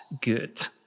good